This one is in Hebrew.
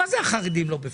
מה זה החרדים לא בפנים?